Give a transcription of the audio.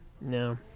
No